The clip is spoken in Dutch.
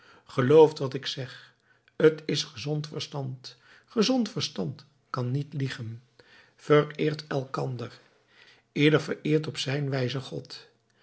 gelooft wat ik zeg t is gezond verstand gezond verstand kan niet liegen vereert elkander ieder vereert op zijn wijze god